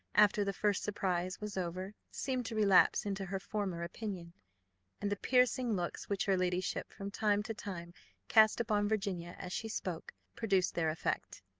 after the first surprise was over, seemed to relapse into her former opinion and the piercing looks which her ladyship from time to time cast upon virginia as she spoke, produced their effect.